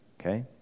okay